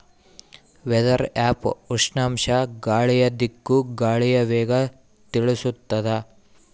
weather app ಉಷ್ಣಾಂಶ ಗಾಳಿಯ ದಿಕ್ಕು ಗಾಳಿಯ ವೇಗ ತಿಳಿಸುತಾದ